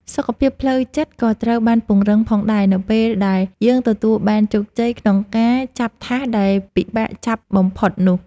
សុខភាពផ្លូវចិត្តក៏ត្រូវបានពង្រឹងផងដែរនៅពេលដែលយើងទទួលបានជោគជ័យក្នុងការចាប់ថាសដែលពិបាកចាប់បំផុតនោះ។